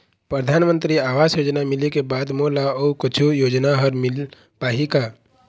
परधानमंतरी आवास योजना मिले के बाद मोला अऊ कुछू योजना हर मिल पाही का?